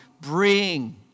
bring